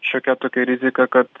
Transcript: šiokia tokia rizika kad